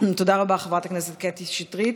תודה רבה חברת הכנסת קטי שטרית.